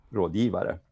rådgivare